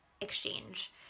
exchange